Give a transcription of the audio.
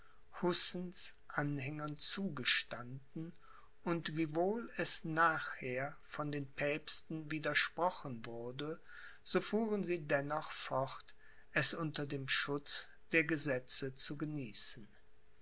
hussens anhängern zugestanden und wiewohl es nachher von den päpsten widersprochen wurde so fuhren sie dennoch fort es unter dem schutz der gesetze zu genießen